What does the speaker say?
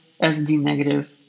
SD-negative